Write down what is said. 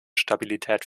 stabilität